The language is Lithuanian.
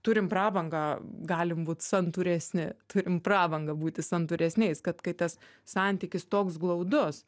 turim prabangą galim būt santūresni turim prabangą būti santūresnis kad kai tas santykis toks glaudus